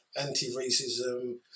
anti-racism